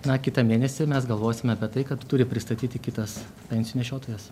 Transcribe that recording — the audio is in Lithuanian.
na kitą mėnesį mes galvosime apie tai kad turi pristatyti kitas pensijų nešiotojas